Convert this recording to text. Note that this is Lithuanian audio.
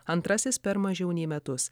antrasis per mažiau nei metus